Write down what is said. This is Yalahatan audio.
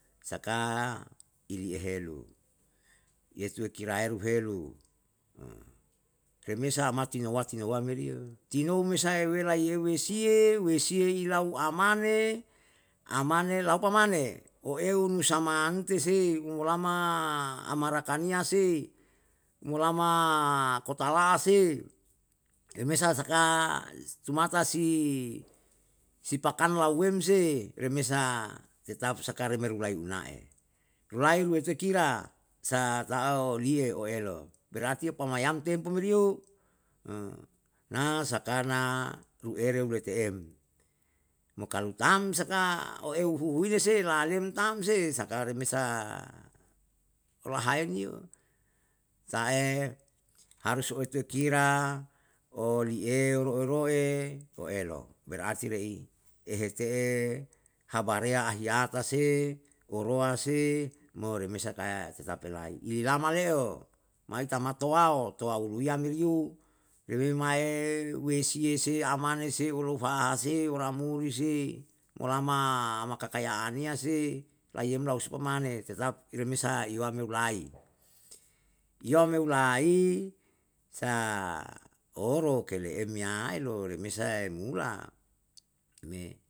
Saka ihile elu, yetue kiraeru helu pemesa amati nawati nawa meri yo tinou me sae wela yeuwesiye wesiye ilau amane, amane alopa mane, oeu nusama ante sei olama amarakaniya sei molama kota la'a sei, remesa saka tumatasi si pakan lauwwem sehe, remesa tetap saka remeru lai unae. Rulayurete kira saata'o liye oelo, berarti pamayam tempo meri yo, na saka na uere wete em, mo kalu tam saka oeu huhuile sei la alem tam se, sakana re mesa, olahae niyo, tae harus oite kira olieoroe roe, o elo berarti rei ehete'e habareya ahiyata se orowa se, mo remesa kae tetap ela. ililama le'eo, maitama to'ao toa uluwiya meriyo, leuwe mae wesieyese amanese oropa'a se, oramuri se molama makakayaniya se layem lau supa mane tetap ire mesa iyau meu lai, iyau meu lai sa oro kele emiyai ye lo re mesae mula um me